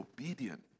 obedient